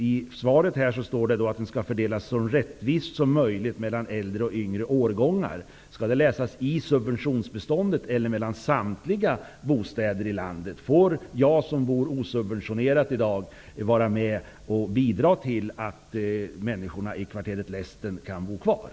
I svaret står att besparingen skall fördelas så rättvist som möjligt mellan äldre och yngre årgångar. Skall det förstås som att besparingen skall fördelas mellan äldre och yngre årgångar i subventionsbeståndet, eller gäller det samtliga bostäder i landet? Får jag som i dag bor osubventionerat vara med och bidra till att människorna i kvarteret Lästen kan bo kvar?